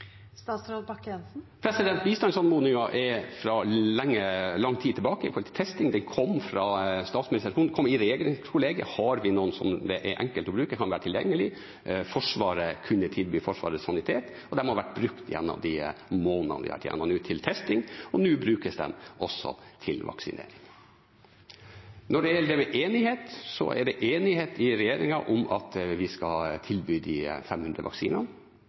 er fra lang tid tilbake, med tanke på testing, den kom fra statsministeren: I regjeringskollegiet, har vi noen som det er enkelt å bruke, som kan være tilgjengelige? Forsvaret kunne tilby Forsvarets sanitet. De har vært brukt til testing gjennom de månedene vi har vært gjennom nå, og nå brukes de også til vaksinering. Når det gjelder det med enighet, er det enighet i regjeringen om at vi skal tilby de 500 vaksinene.